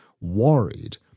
worried